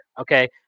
okay